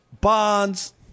Bonds